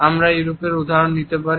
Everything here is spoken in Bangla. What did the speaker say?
আমরা ইউরোপের উদাহরণ নিতে পারি